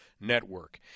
Network